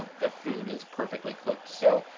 the food is perfectly cooked. so,